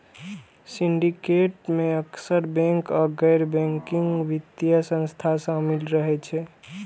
syndicate मे अक्सर bank आ गैर बैंकिंग वित्तीय संस्था शामिल रहै छै